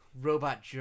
robot